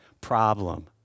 Problem